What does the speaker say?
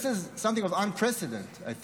This is something unprecedented, I think.